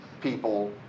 people